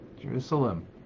Jerusalem